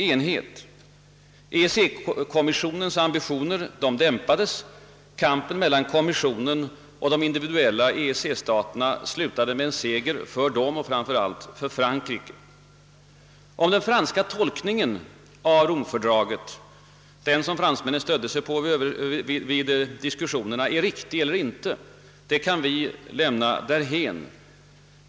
EEC-kommissionens ambitioner dämpades, och kampen mellan Kommissionen och de individuella EEC-staterna slutade med en seger för de senare, framför allt för Frankrike. Huruvida den franska tolkningen av Romfördraget, alltså den som fransmännen vid diskussionerna stödde sig på, är riktig eller inte kan vi lämna därhän.